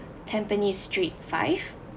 Tampines street five